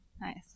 Nice